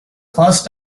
first